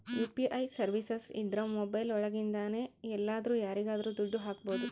UPI services ಇದ್ರ mobile ಒಳಗಿಂದನೆ ಎಲ್ಲಾದ್ರೂ ಯಾರಿಗಾದ್ರೂ ದುಡ್ಡು ಹಕ್ಬೋದು